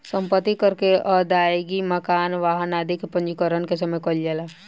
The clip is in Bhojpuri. सम्पत्ति कर के अदायगी मकान, वाहन आदि के पंजीकरण के समय कईल जाला